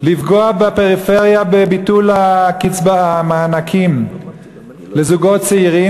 לפגוע בפריפריה בביטול המענקים לזוגות צעירים,